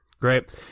Great